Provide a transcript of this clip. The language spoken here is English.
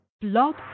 Blog